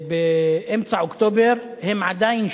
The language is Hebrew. באמצע אוקטובר הם עדיין שם,